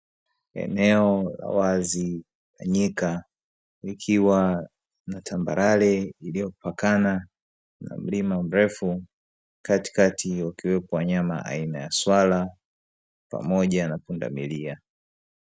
Eneo la wazi likiwa na tambarare iliyopakana na mlima mrefu Katikati wakiwepo wanyama aina ya swala pamoja na pundamilia.